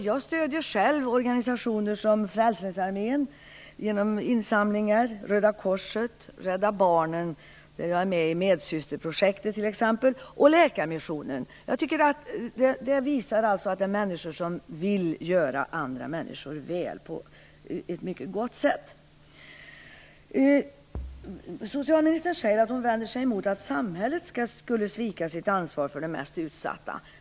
Jag stöder själv organisationer som Frälsningsarmén, Röda korset, Rädda Barnen - där jag t.ex. är med i medsysterprojektet - och Läkarmissionen. Detta är människor som vill göra andra människor väl på ett mycket gott sätt. Socialministern säger att hon vänder sig mot att samhället skulle svika sitt ansvar för de mest utsatta.